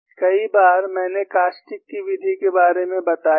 कई बार मैंने कास्टिक की विधि के बारे में भी बताया है